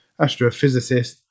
astrophysicist